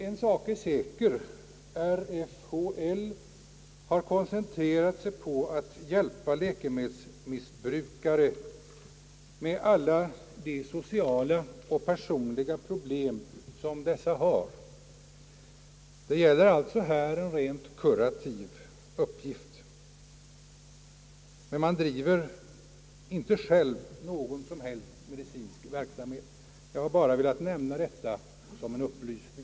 En sak är säker: RFHL har koncentrerat sig på att hjälpa läkemedelsmissbrukare med alla deras sociala och personliga problem. Det gäller alltså en rent kurativ uppgift, och man driver inte själv någon som helst medicinsk verksamhet. Jag har bara velat nämna detta som en upplysning.